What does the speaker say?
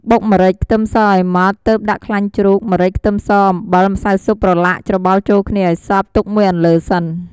បុកម្រេច ខ្ទឹមសឱ្យម៉ដ្ឋ ទើបដាក់ខ្លាញ់ជ្រូក ម្រេច ខ្ទឹមស អំបិល ម្សៅស៊ុបប្រឡាក់ច្របល់ចូលគ្នាឱ្យសព្វ ទុកមួយអន្លើសិន។